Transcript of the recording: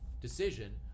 decision